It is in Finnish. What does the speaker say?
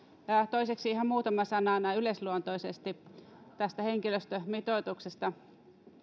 toiseksi ihan muutama sana näin yleisluontoisesti tästä henkilöstömitoituksesta